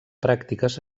pràctiques